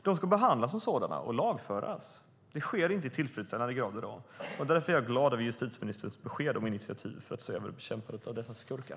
De ska behandlas som sådana och lagföras. Det sker inte i tillfredsställande grad i dag. Därför är jag glad över justitieministerns besked om initiativ för att se över bekämpandet av dessa skurkar.